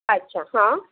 अच्छा हा